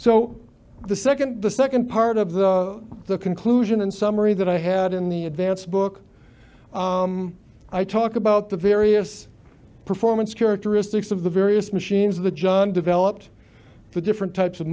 so the second the second part of the the conclusion and summary that i had in the advanced book i talk about the various performance characteristics of the various machines the john developed for different types of